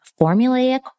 formulaic